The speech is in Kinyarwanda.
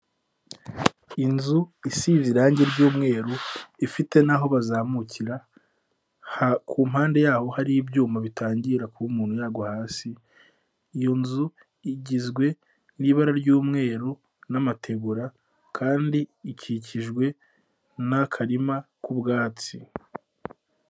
Inzu isize irangi ry'umweru ifite naho bazamukira ku mpande yaho hari ibyuma bitangira kuba umuntu yagwa hasi, iyo nzu igizwe n'ibara ry'umweru n'amategura kandi ikikijwe n'akarima k'ubwatsi.